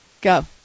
Go